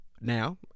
Now